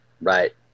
Right